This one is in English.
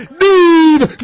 need